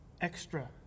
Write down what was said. extra